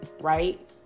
right